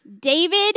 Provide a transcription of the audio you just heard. David